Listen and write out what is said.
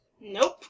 Nope